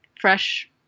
fresh